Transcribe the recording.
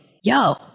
yo